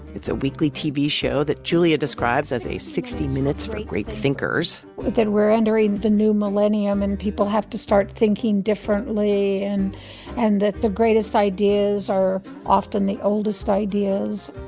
it's a weekly tv show that julia describes as a sixty minutes for great thinkers that we're entering the new millennium and people have to start thinking differently and and that the greatest ideas are often the oldest ideas.